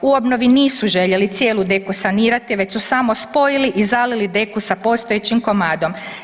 U obnovi nisu željeli cijelu deku sanirati već su samo spojili i zalili deku sa postojećim komadom.